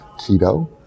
keto